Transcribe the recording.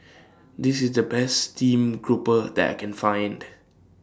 This IS The Best Stream Grouper that I Can Find